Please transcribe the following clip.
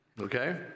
Okay